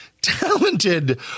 talented